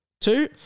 two